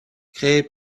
créés